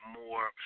more